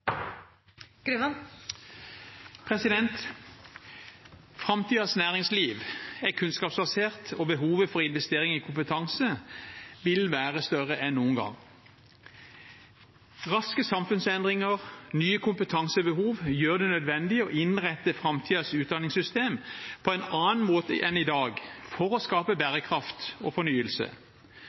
en noen gang. Raske samfunnsendringer og nye kompetansebehov gjør det nødvendig å innrette framtidens utdanningssystem på en annen måte enn i dag for å skape bærekraft og fornyelse.